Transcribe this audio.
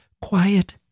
quiet